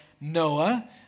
Noah